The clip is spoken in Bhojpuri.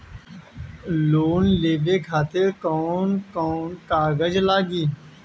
लोन लेवे खातिर कौन कौन कागज लागी?